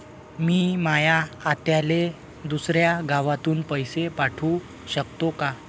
मी माया आत्याले दुसऱ्या गावातून पैसे पाठू शकतो का?